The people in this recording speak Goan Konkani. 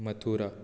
मथूरा